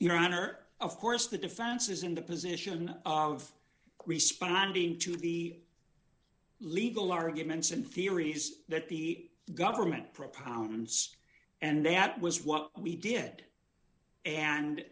your honor of course the defense is in the position of responding to the legal arguments and theories that the government propounds and that was what we did and